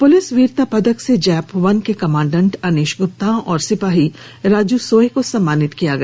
police वीरता पदक से जैप वन के कमांडेंट अनीश गुप्ता और सिपाही राजू सोय को सम्मानित किया गया